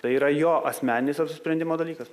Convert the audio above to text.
tai yra jo asmeninis apsisprendimo dalykas